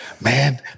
man